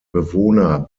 bewohner